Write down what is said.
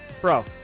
bro